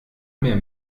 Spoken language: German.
mehr